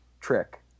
trick